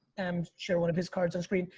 and share one of his cards on screen.